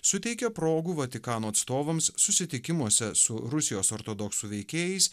suteikia progų vatikano atstovams susitikimuose su rusijos ortodoksų veikėjais